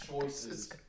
choices